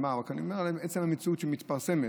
אני רק אומר, עצם המציאות שמתפרסמת,